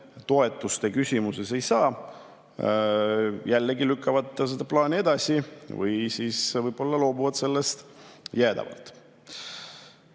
toetuste küsimuses ei saa, jällegi lükkavad seda plaani edasi või siis loobuvad sellest jäädavalt. Ma